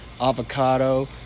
avocado